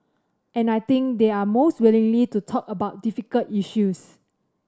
and I think they're most willing to talk about difficult issues